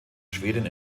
schwedin